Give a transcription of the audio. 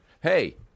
hey